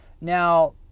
now